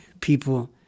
people